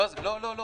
לא, לא.